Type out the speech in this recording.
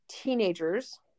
teenagers